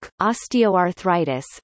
osteoarthritis